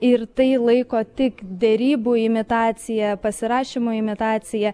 ir tai laiko tik derybų imitacija pasirašymo imitacija